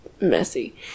messy